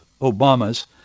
Obama's